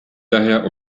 daher